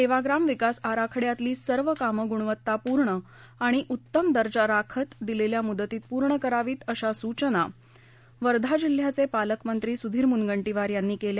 सेवाग्राम विकास आराखड्यातली सर्व कामं गुणवत्तापूर्ण आणि उत्तम दर्जा राखत दिलेल्या मुदतीत पूर्ण करावीत अशा सूचना वर्धा जिल्ह्याचे पालकमंत्री सुधीर मुनगंटीवार यांनी केल्या